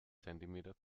zentimeter